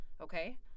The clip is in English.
okay